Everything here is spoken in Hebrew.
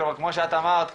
כמו שאת אמרת,